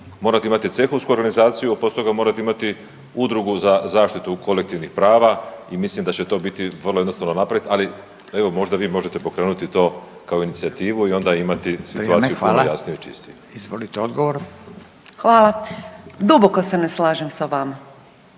morate imati cehovsku organizaciju, poslije toga morate imati Udrugu za zaštitu kolektivnih prava i mislim da će to biti vrlo jednostavno napraviti, ali evo možda vi možete pokrenuti to kao inicijativu i onda imati situaciju puno jasniju i čistiju. **Radin, Furio (Nezavisni)** Vrijeme, hvala.